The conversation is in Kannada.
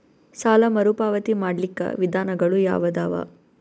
ಸಾಲ ಮರುಪಾವತಿ ಮಾಡ್ಲಿಕ್ಕ ವಿಧಾನಗಳು ಯಾವದವಾ?